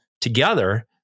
together